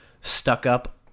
stuck-up